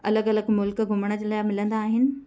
अलॻि अलॻ मुल्कु घुमण जे लाइ मिलंदा आहिनि